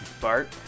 Bart